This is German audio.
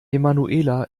emanuela